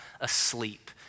asleep